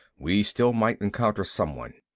we still might encounter someone.